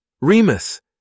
Remus